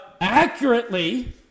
accurately